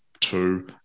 two